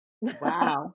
wow